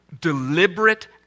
deliberate